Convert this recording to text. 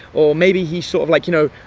or maybe he sort of like, you know,